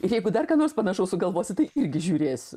jeigu dar ką nors panašaus sugalvosi tai irgi žiūrėsiu